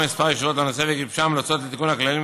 כמה ישיבות לנושא וגיבשה המלצות לתיקון הכללים,